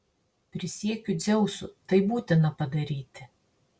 prisiekiu dzeusu tai būtina padaryti